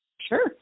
Sure